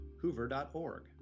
hoover.org